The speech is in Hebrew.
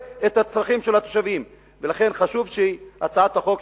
שחלק מהתושבים וחלק מהבתים